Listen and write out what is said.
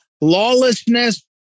lawlessness